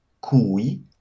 cui